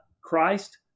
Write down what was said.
Christ